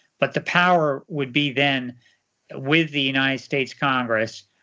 but the power would be then with the united states congress,